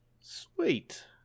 Sweet